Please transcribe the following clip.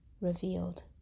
revealed